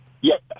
Yes